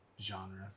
genre